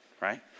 right